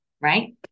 Right